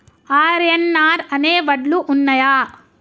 RNR అనే వడ్లు ఉన్నయా?